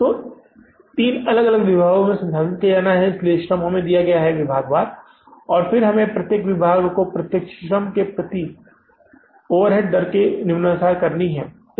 इसे तीन अलग अलग विभागों में संसाधित किया जाना है इसलिए श्रम हमें दिया जाता है विभागवार और फिर हमें प्रत्येक विभाग को प्रत्यक्ष श्रम के प्रति ओवरहेड दर निम्नानुसार दी जाती है